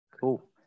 Cool